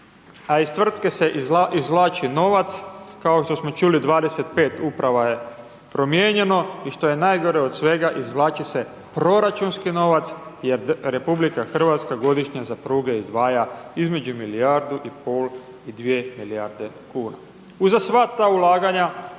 a iz tvrtke se izvlači novac kao što smo čuli, 25 uprava je promijenjeno i što je najgore od svega, izvlači se proračunski novac jer RH godišnje za pruge izdvaja između milijardu i pol i dvije milijarde kuna. Uza sva ta ulaganja